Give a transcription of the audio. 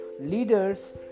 Leaders